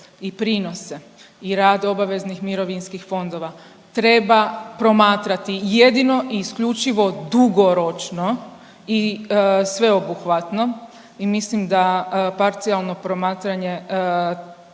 i prinose i rad obaveznih mirovinskih fondova treba promatrati jedino i isključivo dugoročno i sveobuhvatno i mislim da parcijalno promatranje